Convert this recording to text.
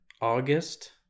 August